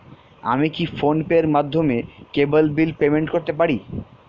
আমি কি ফোন পের মাধ্যমে কেবল বিল পেমেন্ট করতে পারি?